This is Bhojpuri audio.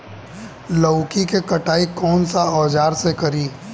लौकी के कटाई कौन सा औजार से करी?